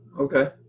okay